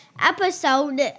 episode